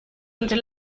entre